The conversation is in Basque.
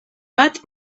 bat